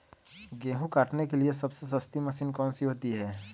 गेंहू काटने के लिए सबसे सस्ती मशीन कौन सी होती है?